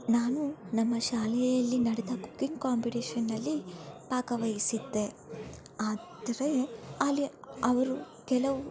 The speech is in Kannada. ನಾನು ನಮ್ಮ ಶಾಲೆಯಲ್ಲಿ ನಡೆದ ಕುಕಿಂಗ್ ಕಾಂಪಿಟೇಶನ್ನಲ್ಲಿ ಭಾಗವಹಿಸಿದ್ದೆ ಆದರೆ ಅಲ್ಲಿ ಅವರು ಕೆಲವು